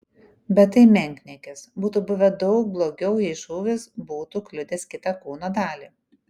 bet tai menkniekis būtų buvę daug blogiau jei šūvis būtų kliudęs kitą kūno dalį